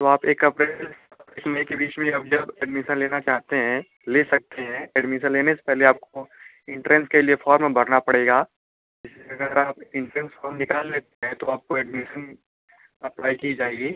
तो आप एक अप्रैल से मे के बीच में आप जब एडमीसन लेना चाहते हैं ले सकते हैं एडमीसन लेने से पहले आपको इंटरेन्स के लिए फोर्म भरना पड़ेगा इसलिए अगर आप इंटरेन्स फोम निकाल लेते हैं तो आपको एडमीसन अप्लाइ की जाएगी